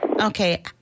Okay